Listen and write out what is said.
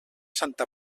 santa